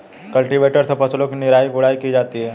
cultivator से फसलों की निराई गुड़ाई की जाती है